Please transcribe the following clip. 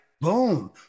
boom